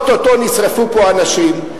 או-טו-טו נשרפו פה אנשים,